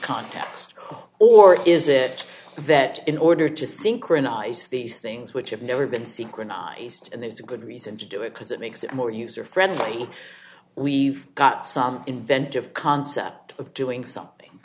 context or is it that in order to synchronize these things which have never been secret ised and there's a good reason to do it because it makes it more user friendly we've got some inventive concept of doing something